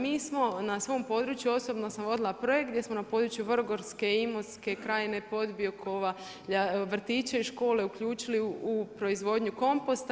Mi smo na svom području, osobno sam vodila projekt gdje smo na području Vrgorske, Imotske krajine, Podbiokovlja vrtiće i škole uključili u proizvodnju komposta.